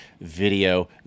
video